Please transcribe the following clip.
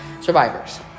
survivors